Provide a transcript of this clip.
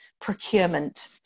procurement